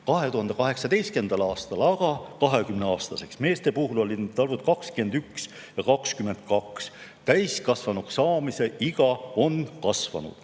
2018. aastal aga 20-aastaseks. Meeste puhul olid need arvud 21 ja 22. Täiskasvanuks saamise iga on kasvanud.